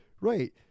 Right